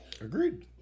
Agreed